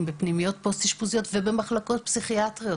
בפנימיות פוסט-אשפוזיות ובמחלקות פסיכיאטריות.